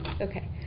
Okay